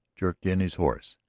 jerked in his horse,